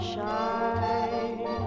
shine